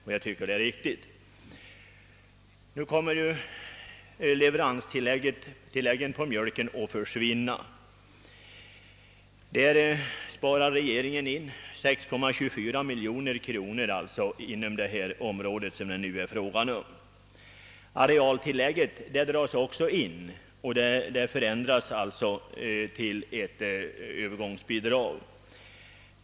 Nu skall enligt regeringens förslag leveranstillägget på mjölken försvinna. Där spar regeringen in 6,24 miljoner kronor inom det område som det nu är fråga om. Arealtillägget dras också in och förändras till ett övergångsbidrag.